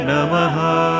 Namaha